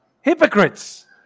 Hypocrites